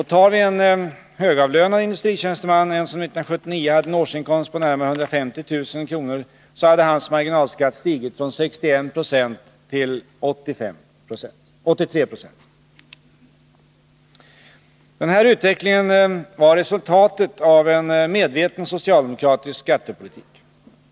Tar vi en högavlönad industritjänsteman, som 1979 hade en årsinkomst på närmare 150 000 kr., så hade hans marginalskatt stigit från 61 96 till 83 20. Den här utvecklingen var resultatet av en medveten socialdemokratisk skattepolitik.